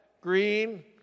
green